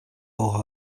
aura